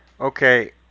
Okay